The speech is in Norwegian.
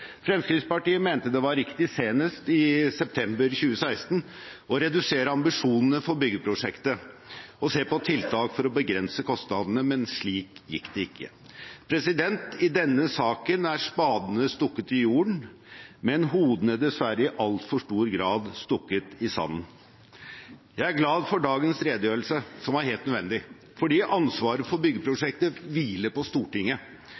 Fremskrittspartiet mente det var riktig, senest i september 2016, å redusere ambisjonene for byggeprosjektet og se på tiltak for å begrense kostnadene, men slik gikk det ikke. I denne saken er spadene stukket i jorden, men hodene dessverre i altfor stor grad stukket i sanden. Jeg er glad for dagens redegjørelse, som var helt nødvendig, fordi ansvaret for byggeprosjektet hviler på Stortinget.